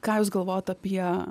ką jūs galvojot apie